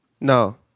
No